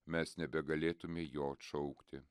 mes nebegalėtume jo atšaukti